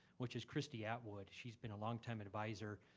which is kristy atwood. she's been a long time advisor.